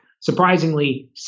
surprisingly